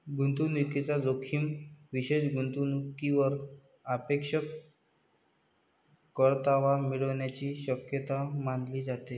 गुंतवणूकीचा जोखीम विशेष गुंतवणूकीवर सापेक्ष परतावा मिळण्याची शक्यता मानली जाते